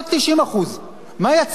רק 90%. מה יצרנו?